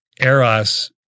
eros